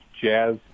jazz